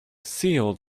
sealed